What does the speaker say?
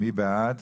מי בעד?